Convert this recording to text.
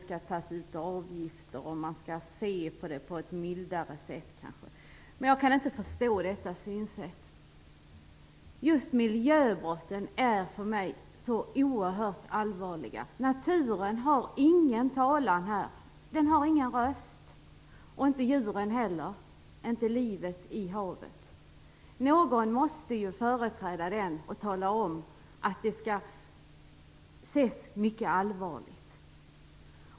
Man skall kanske se på dessa brott på ett mildare sätt. Jag kan inte förstå det synsättet. Just miljöbrotten anser jag vara oerhört allvarliga. Naturen har ingen talan - den har ingen röst. Det har inte heller djuren eller livet i havet. Men någon måste företräda naturen och tala om att sådant här skall betraktas som mycket allvarligt.